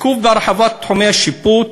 עיכוב בהרחבת תחומי השיפוט